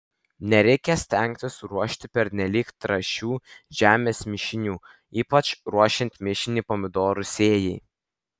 nereikia stengtis ruošti pernelyg trąšių žemės mišinių ypač ruošiant mišinį pomidorų sėjai